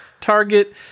target